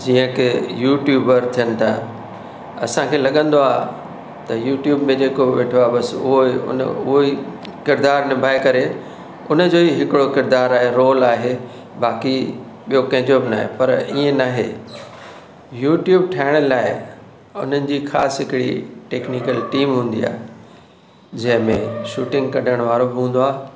जीअं की युट्यूबर थियनि था असांखे लॻंदो आहे त युट्यूब में जेको वेठो आहे बसि उहो ई उनजो उहो ई किरदारु निभाइ करे उनजो ही हिकिड़ो किरदारु आहे रोल आहे बाकी ॿियो कंहिंजो बि न आहे पर ईअं न आहे युट्यूब ठाहिण लाइ उन्हनि जी ख़ास हिकिड़ी टैक्निकल टीम हूंदी आहे जंहिं में शूटिंग कढणु वारो बि हूंदो आहे